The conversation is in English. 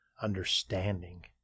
understanding